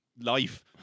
life